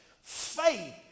faith